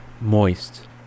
moist